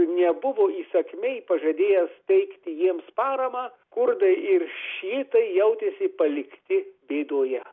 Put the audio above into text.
nebuvo įsakmiai pažadėjęs teikti jiems paramą kurdai ir šiitai jautėsi palikti bėdoje